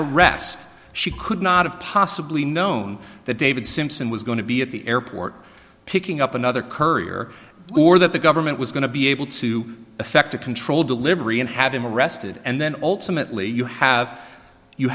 arrest she could not have possibly known that david simpson was going to be at the airport picking up another courier or that the government was going to be able to effect a controlled delivery and have him arrested and then ultimately you have you